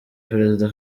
perezida